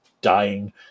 dying